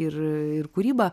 ir ir kūrybą